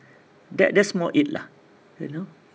that that's more it lah you know